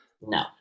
no